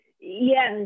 Yes